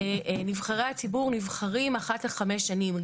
ונבחרי הציבור נבחרים אחת לחמש שנים.